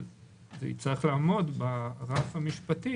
אבל זה יצטרך לעמוד ברף המשפטי,